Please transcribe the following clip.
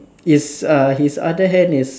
is uh his other hand is